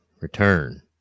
return